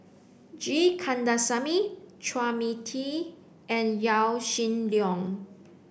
G Kandasamy Chua Mia Tee and Yaw Shin Leong